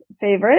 favorite